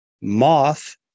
Moth